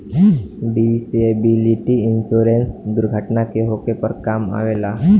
disability insurance दुर्घटना के होखे पर काम अवेला